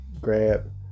grab